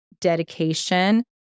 dedication